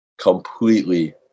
completely